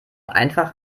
einfach